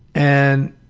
and